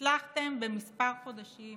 הצלחתם בכמה חודשים